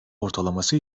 ortalaması